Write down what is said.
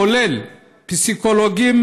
כולל פסיכולוגים,